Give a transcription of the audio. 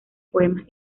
poemas